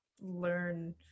learn